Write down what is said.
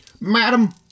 Madam